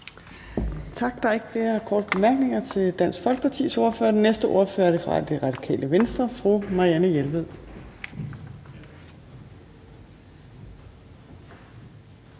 Tak. Der er ikke flere korte bemærkninger til Dansk Folkepartis ordfører. Den næste ordfører er fra Det Radikale Venstre, fru Marianne Jelved.